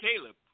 Caleb